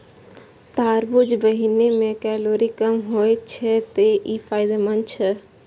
तरबूजक बीहनि मे कैलोरी कम होइ छै, तें ई फायदेमंद छै